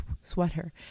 sweater